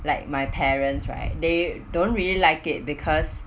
like my parents right they don't really like it because